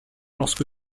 lorsque